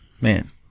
Man